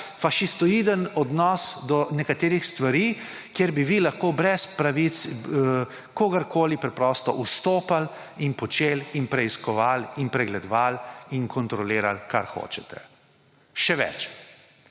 fašistoidni odnos do nekaterih stvari, kjer bi vi lahko brez pravic kogarkoli preprosto vstopali in počeli in preiskovali in pregledovali in kontrolirali, kar hočete. Še več.